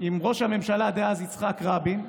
עם ראש הממשלה דאז יצחק רבין,